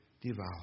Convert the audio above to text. devour